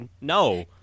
no